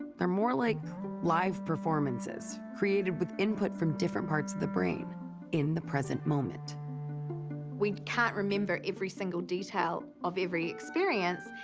they're more like live performances created with input from different parts of the brain in the present moment addis we can't remember every single detail of every experience.